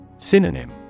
Synonym